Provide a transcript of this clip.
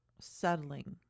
settling